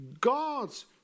God's